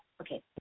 Okay